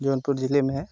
जौनपुर जिले में